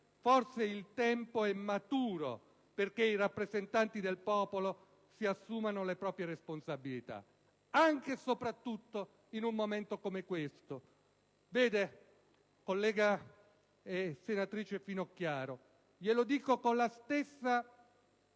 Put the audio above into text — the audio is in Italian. forse il tempo è maturo perché i rappresentanti del popolo si assumano le proprie responsabilità, anche e soprattutto in un momento come questo. Vede, collega senatrice Finocchiaro, glielo dico con la stessa